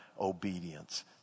obedience